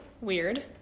Weird